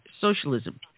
socialism